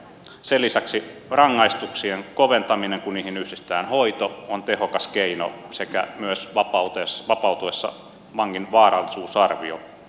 sen lisäksi rangaistuksien koventaminen kun niihin yhdistetään hoito on tehokas keino sekä myös vangin vapautuessa vaarallisuusarvio